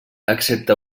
excepte